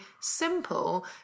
simple